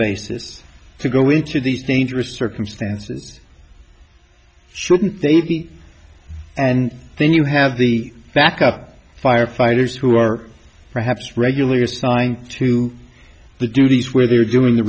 basis to go into these dangerous circumstances shouldn't they be and then you have the backup firefighters who are perhaps regularly assigned to the duties where they're doing the